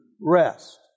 rest